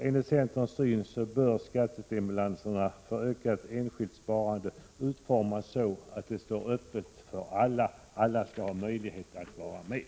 Enligt centerns syn bör skattestimulanserna för ökat enskilt sparande utformas så att det står öppet för alla att vara med.